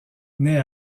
naît